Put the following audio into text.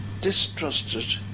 distrusted